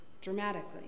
dramatically